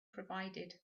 provided